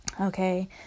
Okay